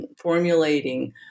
formulating